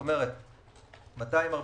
כלומר 243,